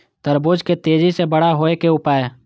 तरबूज के तेजी से बड़ा होय के उपाय?